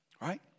Right